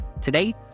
Today